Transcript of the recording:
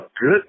good